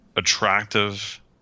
attractive